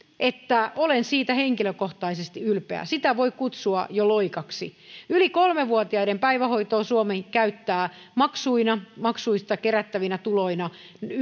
että olen siitä henkilökohtaisesti ylpeä sitä voi kutsua jo loikaksi yli kolme vuotiaiden päivähoitoon suomi käyttää maksuina maksuista kerättävinä tuloina